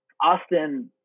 Austin